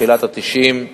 תחילת שנות ה-90.